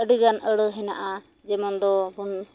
ᱟᱹᱰᱤ ᱜᱟᱱ ᱟᱹᱲᱟᱹ ᱦᱮᱱᱟᱜᱼᱟ ᱡᱮᱢᱚᱱ ᱫᱚ ᱵᱚᱱ